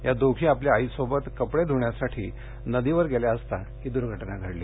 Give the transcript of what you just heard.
या दोघी आपल्या आईबरोबर कपडे धुण्यासाठी नदीवर गेल्या असता ही दुर्घटना घडली